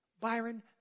Byron